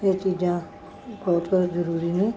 ਇਹ ਚੀਜ਼ਾਂ ਬਹੁਤ ਜ਼ਰੂਰੀ ਨੇ